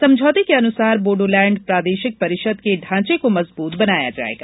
समझौते के अनुसार बोडोलैंड प्रादेशिक परिषद के ढांचे को मज़बूत बनाया जाएगा